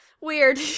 Weird